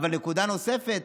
אבל נקודה נוספת,